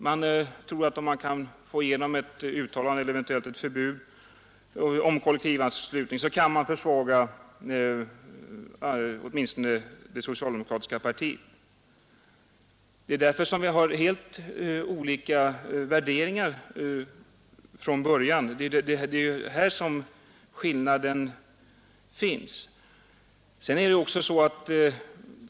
De tror att man genom att få igenom ett uttalande eller ett eventuellt förbud mot kollektivanslutning kan försvaga det socialdemokratiska partiet. Därför har vi helt olika värderingar från början. Här finns skillnaden.